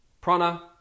Prana